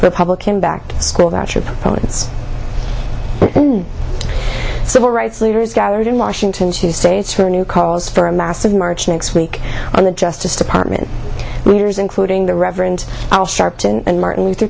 republican backed school that trip from its civil rights leaders gathered in washington she states her new calls for a massive march next week on the justice department leaders including the reverend al sharpton and martin luther